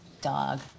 dog